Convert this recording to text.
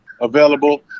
available